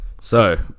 So-